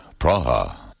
Praha